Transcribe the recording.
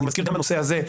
אני מזכיר שגגם בנושא הזה,